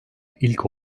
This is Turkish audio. ilk